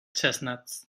chestnuts